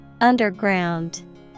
Underground